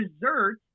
dessert